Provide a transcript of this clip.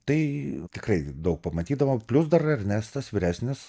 tai tikrai daug pamatydavo plius dar ernestas vyresnis